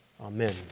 Amen